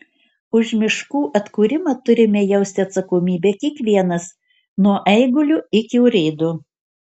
už miškų atkūrimą turime jausti atsakomybę kiekvienas nuo eigulio iki urėdo